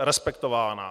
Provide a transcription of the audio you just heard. respektována.